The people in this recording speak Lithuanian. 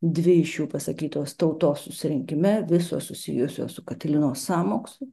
dvi iš jų pasakytos tautos susirinkime visos susijusios su katilinos sąmokslu